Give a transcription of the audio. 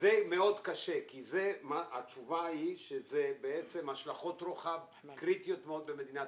זה מאוד קשה כי התשובה היא שאלה בעצם השלכות רוחב קריטיות מאוד במדינת